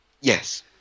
Yes